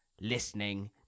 listening